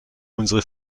unsere